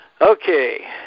Okay